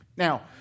Now